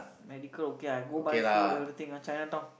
medical okay I go buy food everything ah Chinatown